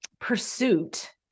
pursuit